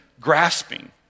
grasping